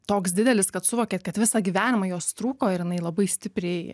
toks didelis kad suvokėt kad visą gyvenimą jos trūko ir jinai labai stipriai